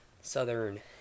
Southern